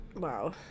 Wow